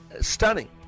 stunning